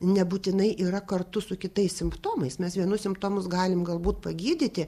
nebūtinai yra kartu su kitais simptomais mes vienus simptomus galim galbūt pagydyti